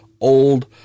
old